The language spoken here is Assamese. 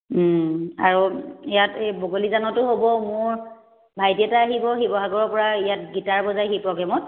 আৰু ইয়াত এই বগলীজানতো হ'ব মোৰ ভাইটি এটা আহিব শিৱসাগৰৰ পৰা ইয়াত গীটাৰ বজাই সি প্ৰ'গ্ৰেমত